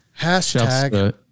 Hashtag